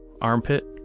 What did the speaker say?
armpit